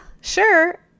sure